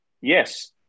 yes